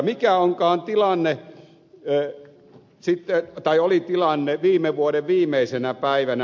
mikä onkaan tilanne ei sitä tai oli tilanne viime vuoden viimeisenä päivänä